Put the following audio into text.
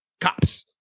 cops